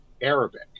Arabic